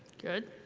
good.